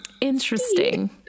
interesting